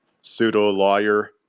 pseudo-lawyer